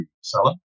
seller